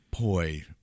boy